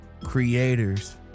creators